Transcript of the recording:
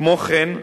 כמו כן,